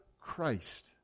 Christ